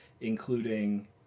including